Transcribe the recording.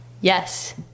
Yes